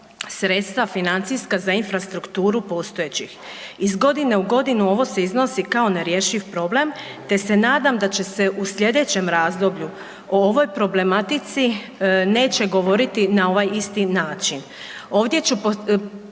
sredstva financijska za infrastrukturu postojećih. Iz godine u godinu ovo se iznosi kao nerješiv problem te se nadam da će se u sljedećem razdoblju o ovoj problematici neće govoriti na ovaj isti način. Ovdje ću